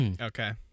Okay